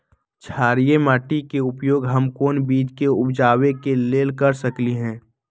क्षारिये माटी के उपयोग हम कोन बीज के उपजाबे के लेल कर सकली ह?